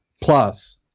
plus